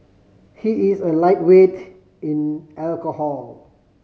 he is a lightweight in alcohol